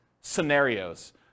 scenarios